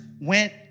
went